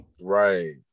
right